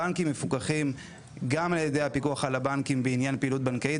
בנקים מפוקחים גם על ידי הפיקוח על הבנקים בעניין פעילות בנקאית